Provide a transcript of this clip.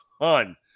ton